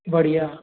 बढ़िया